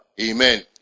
Amen